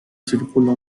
circula